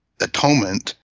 Atonement